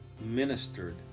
ministered